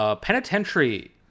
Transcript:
Penitentiary